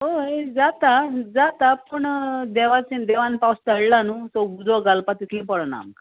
हय जाता जाता पूण देवाचे देवान पावस धाडला न्हू सो उजो घालपा तितली पडना आमकां